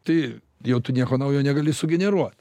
tai jau tu nieko naujo negali sugeneruot